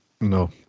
No